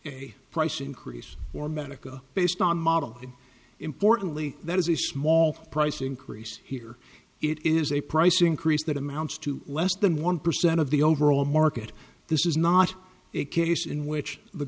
a price increase or medica based on model importantly that is a small price increase here it is a price increase that amounts to less than one percent of the overall market this is not a case in which the